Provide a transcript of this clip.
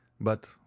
But